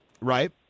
Right